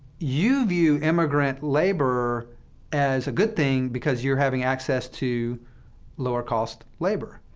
you view immigrant labor as a good thing because you're having access to lower-cost labor.